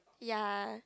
ya